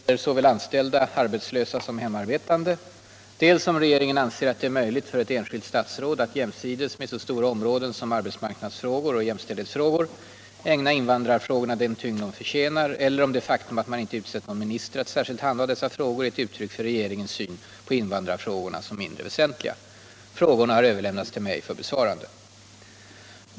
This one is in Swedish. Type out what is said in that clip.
Herr talman! Fru Hjelmström har frågat statsminister Fälldin dels vilka åtgärder regeringen avser vidta för att tillförsäkra invandrarna rätten till svenskundervisning i vad gäller såväl anställda, arbetslösa som hemarbetande, dels om regeringen anser att det är möjligt för ett enskilt statsråd att jämsides med så stora områden som arbetsmarknadsfrågor och jämställdhetsfrågor ägna invandrarfrågorna den tyngd de förtjänar, eller om det faktum att man inte utsett någon minister att särskilt handha dessa frågor är ett uttryck för regeringens syn på invandrarfrågorna som mindre väsentliga. Frågorna har överlämnats till mig för besvarande.